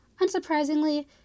unsurprisingly